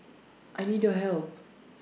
I need your help